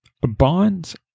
bond's